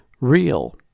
Real